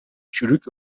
چروک